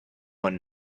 one